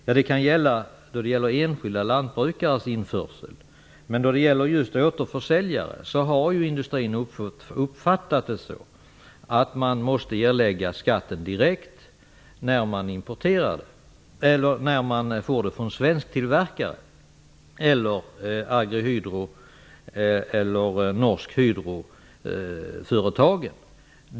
Ja, det kan gälla enskilda lantbrukares införsel, men då det är fråga om just återförsäljare har industrin uppfattat det så att man måste erlägga skatten direkt när man importerar eller när man får det från svensktillverkande företag eller Norsk Hydroföretag.